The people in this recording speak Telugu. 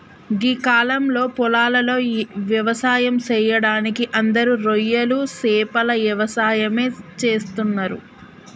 గీ కాలంలో పొలాలలో వ్యవసాయం సెయ్యడానికి అందరూ రొయ్యలు సేపల యవసాయమే చేస్తున్నరు